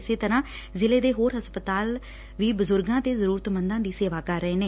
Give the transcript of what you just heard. ਇਸੇ ਤਰ੍ਹਾ ਜ਼ਿਲ੍ਹੇ ਦੇ ਹੋਰ ਹਸਪਤਾਲ ਵੀ ਬਜੁਰਗਾ ਤੇ ਜ਼ਰੂਰਤਮੰਦਾ ਦੀ ਸੇਵਾ ਕਰ ਰਹੇ ਨੇ